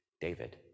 David